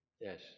Yes